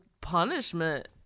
punishment